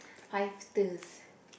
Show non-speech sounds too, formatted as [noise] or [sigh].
five twos [breath]